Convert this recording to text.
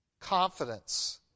confidence